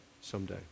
someday